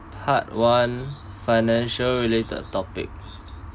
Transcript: part one financial related topic